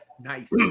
Nice